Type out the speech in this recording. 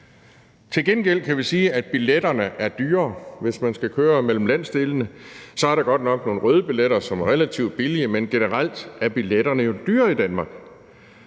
Til gengæld kan vi sige, at billetterne er dyrere, hvis man skal køre mellem landsdelene – så er der godt nok nogle røde billetter, som er relativt billige, men generelt er billetterne jo dyre i Danmark.